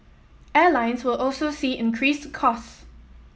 airlines will also see increased cost